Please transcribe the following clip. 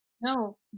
No